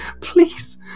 Please